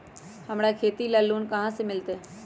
हमरा खेती ला छोटा लोने कहाँ से मिलतै?